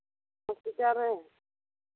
ᱦᱚᱥᱯᱤᱴᱟᱞᱨᱮ